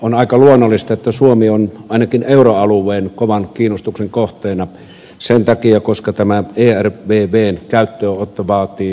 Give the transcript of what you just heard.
on aika luonnollista että suomi on ainakin euroalueen kovan kiinnostuksen kohteena sen takia että ervvn käyttöönotto vaatii yksimielisyyden